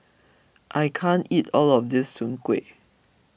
I can't eat all of this Soon Kueh